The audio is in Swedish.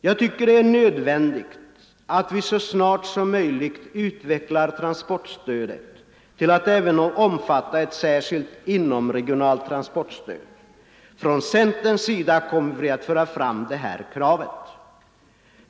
Jag tycker det är nödvändigt att vi så snart som möjligt utvecklar transportstödet till att även omfatta ett särskilt inomregionalt transportstöd. Från centerns sida kommer vi att föra fram det här kravet.